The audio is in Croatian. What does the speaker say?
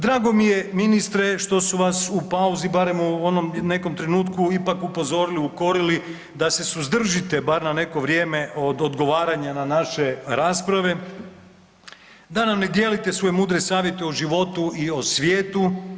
Drago mi je ministre, što su vas u pauzi barem u onom nekom trenutku ipak upozorili, ukorili da se suzdržite barem na neko vrijeme od odgovaranja na naše rasprave, da nam ne dijelite svoje mudre savjete o životu i o svijetu.